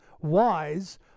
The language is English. wise